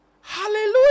Hallelujah